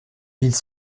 villes